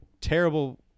terrible